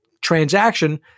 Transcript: transaction